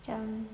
macam